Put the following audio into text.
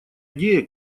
идея